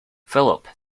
philip